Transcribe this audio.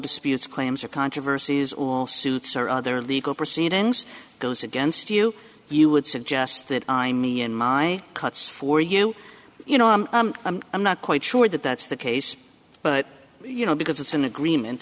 disputes claims or controversies all suits or other legal proceedings goes against you you would suggest that i mean in my cuts for you you know i'm i'm not quite sure that that's the case but you know because it's an agreement